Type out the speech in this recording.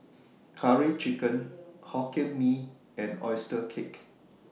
Curry Chicken Hokkien Mee and Oyster Cake